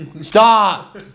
Stop